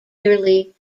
clearly